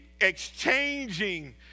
exchanging